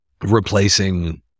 replacing